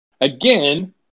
again